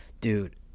dude